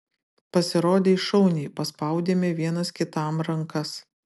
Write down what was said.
pasirodei šauniai paspaudėme vienas kitam rankas